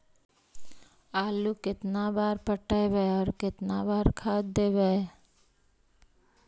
आलू केतना बार पटइबै और केतना बार खाद देबै?